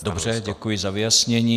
Dobře, děkuji za ujasnění.